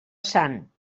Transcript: sant